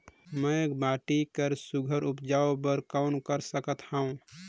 मैं माटी मा सुघ्घर उपजाऊ बर कौन कर सकत हवो?